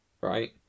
right